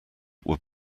would